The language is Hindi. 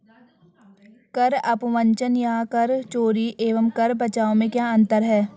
कर अपवंचन या कर चोरी एवं कर बचाव में क्या अंतर है?